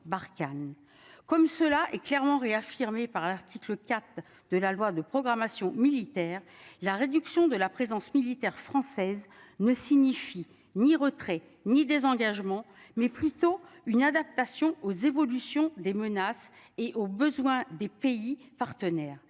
comme cela est clairement réaffirmée par l'article 4 de la loi de programmation militaire. La réduction de la présence militaire française ne signifie ni retrait ni désengagement mais plutôt une adaptation aux évolutions des menaces et aux besoins des pays partenaires,